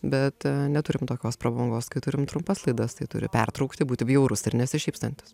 bet neturim tokios prabangos kai turim trumpas laidas tai turi pertraukti būti bjaurus ir nesišypsantis